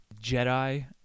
Jedi